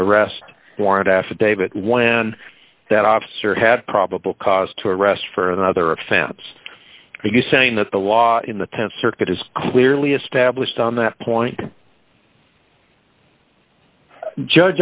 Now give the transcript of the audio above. arrest warrant affidavit when that officer had probable cause to arrest for another a family are you saying that the law in the th circuit is clearly established on that point judge